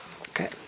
Okay